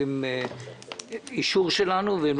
אנחנו לא